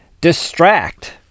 distract